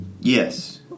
yes